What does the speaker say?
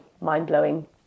mind-blowing